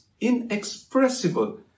inexpressible